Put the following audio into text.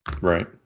Right